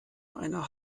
eine